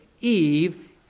Eve